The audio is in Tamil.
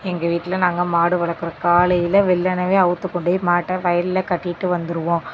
எங்கள் வீட்டில் நாங்கள் மாடு வளர்க்குறோம் காலையில் வெள்ளனவே அவுழ்த்து கொண்டோயி மாட்டை வயலில் கட்டிட்டு வந்துடுவோம்